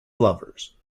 lovers